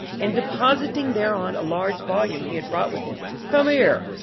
and depositing thereon a large volume he had brought with him, come here,